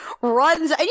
runs